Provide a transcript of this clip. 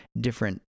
different